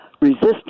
Resistance